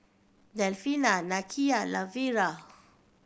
Delfina Nakia Lavera